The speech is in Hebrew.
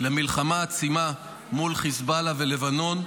למלחמה עצימה מול חיזבאללה ולבנון,